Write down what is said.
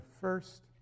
first